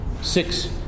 six